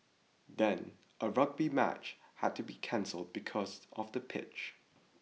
then a rugby match had to be cancelled because of the pitch